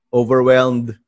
overwhelmed